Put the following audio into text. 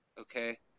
okay